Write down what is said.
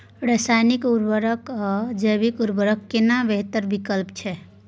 रसायनिक उर्वरक आ जैविक उर्वरक केना बेहतर विकल्प छै?